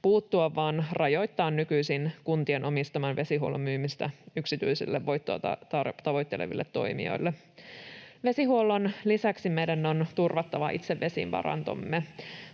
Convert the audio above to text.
puuttua vaan rajoittaa nykyisin kuntien omistaman vesihuollon myymistä yksityisille voittoa tavoitteleville toimijoille. Vesihuollon lisäksi meidän on turvattava itse vesivarantomme.